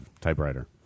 typewriter